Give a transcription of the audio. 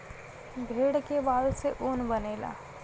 भेड़ के बाल से ऊन बनेला